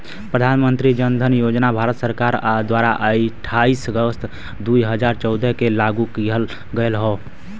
प्रधान मंत्री जन धन योजना भारत सरकार द्वारा अठाईस अगस्त दुई हजार चौदह के लागू किहल गयल हौ